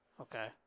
Okay